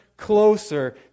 closer